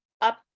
up